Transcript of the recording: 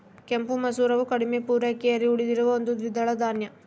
ಕೆಂಪು ಮಸೂರವು ಕಡಿಮೆ ಪೂರೈಕೆಯಲ್ಲಿ ಉಳಿದಿರುವ ಒಂದು ದ್ವಿದಳ ಧಾನ್ಯ